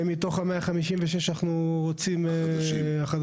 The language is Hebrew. זה מתוך ה-156 החדשים.